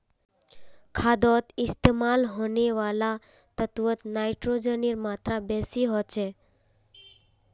खादोत इस्तेमाल होने वाला तत्वोत नाइट्रोजनेर मात्रा बेसी होचे